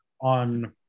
on